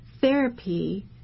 therapy